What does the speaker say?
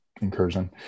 incursion